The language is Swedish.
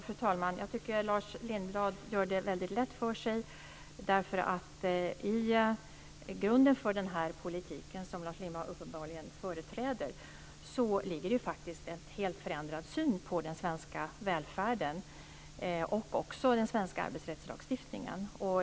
Fru talman! Jag tycker att Lars Lindblad gör det väldigt lätt för sig. I grunden för den här politiken, som Lars Lindblad uppenbarligen företräder, ligger faktiskt en helt förändrad syn på den svenska välfärden och också på den svenska arbetsrättslagstiftningen.